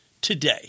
Today